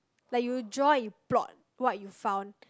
like you draw and you plot what you found